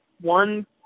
one